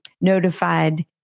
notified